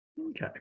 Okay